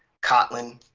kotlin,